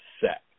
set